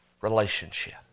relationship